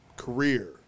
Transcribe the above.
Career